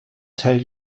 tell